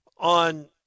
on